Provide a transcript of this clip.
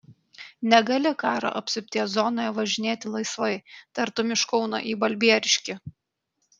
negali karo apsupties zonoje važinėti laisvai tartum iš kauno į balbieriškį